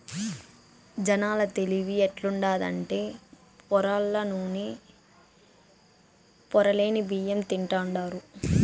జనాల తెలివి ఎట్టుండాదంటే పొరల్ల నూనె, పొరలేని బియ్యం తింటాండారు